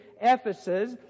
Ephesus